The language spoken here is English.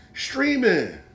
Streaming